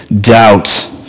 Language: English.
doubt